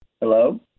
Hello